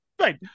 Right